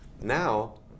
Now